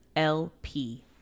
lp